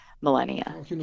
millennia